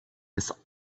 this